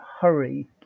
hurry